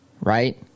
right